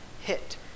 hit